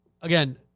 again